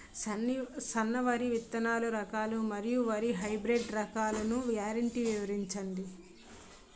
సన్న వరి విత్తనాలు రకాలను మరియు వరి హైబ్రిడ్ రకాలను గ్యారంటీ వివరించండి?